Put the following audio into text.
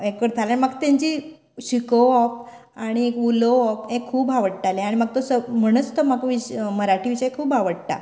हे करताले आनी म्हाक तांची शिकोवप आनी उलोवप हे खूब आवडटाले आनी म्हाका तो सर म्हणच तो विशय मराठी विशय खूब आवडटा